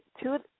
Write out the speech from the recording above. two